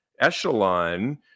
echelon